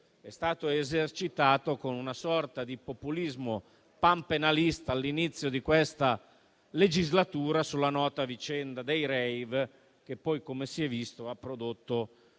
è stato esercitato, con una sorta di populismo panpenalista, all'inizio di questa legislatura sulla nota vicenda dei *rave*, che poi, come si è visto, non ha prodotto